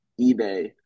eBay